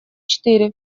четыре